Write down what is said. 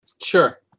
Sure